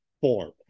form